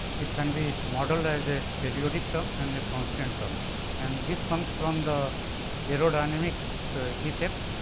it can be modelled as a periodic term and a constant term and this comes from the aerodynamic effect.